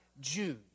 jews